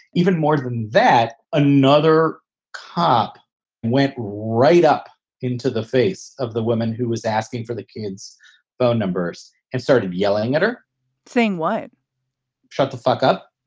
even more than that, another cop went right up into the face of the woman who was asking for the kid's phone numbers and started yelling at her thing wide shut the fuck up